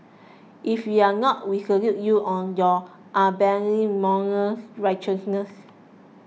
if you're not we salute you on your unbending moral righteousness